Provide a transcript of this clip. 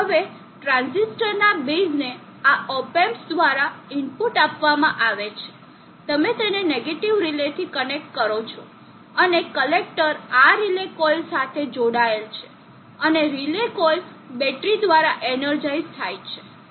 હવે ટ્રાંઝિસ્ટરના બેઝને આ op amps દ્વારા ઈનપુટ આપવામાં આવે છે તમે તેને નેગેટીવ રીલેથી કનેક્ટ કરો છો અને કલેક્ટર આ રિલે કોઇલ સાથે જોડાયેલ છે અને રિલે કોઇલ બેટરી દ્વારા એનર્જાઇસ થાય છે